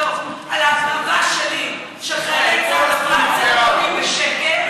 אם האמירה שלו על ההקרבה שלי של חיילי צה"ל עוברת בשקט,